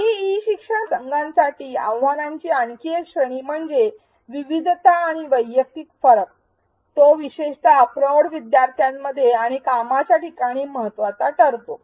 काही ई शिक्षण प्रसंगांसाठी आव्हानांची आणखी एक श्रेणी म्हणजे विविधता आणि वैयक्तिक फरक तो विशेषतः प्रौढ विद्यार्थ्यांमध्ये आणि कामाच्या ठिकाणी महत्वाचा ठरतो